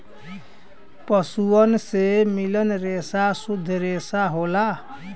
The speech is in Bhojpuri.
पसुअन से मिलल रेसा सुद्ध रेसा होला